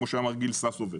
כפי שאמר גיל ססובר,